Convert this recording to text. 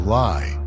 lie